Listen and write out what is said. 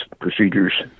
procedures